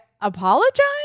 apologize